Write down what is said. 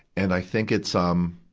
and i think it's, um,